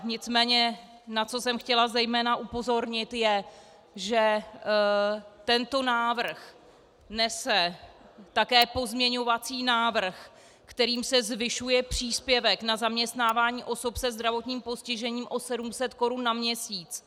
Nicméně na co jsem chtěla zejména upozornit, je, že tento návrh nese také pozměňovací návrh, kterým se zvyšuje příspěvek na zaměstnávání osob se zdravotním postižením o 700 korun na měsíc.